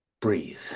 breathe